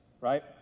right